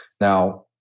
Now